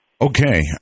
Okay